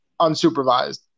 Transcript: unsupervised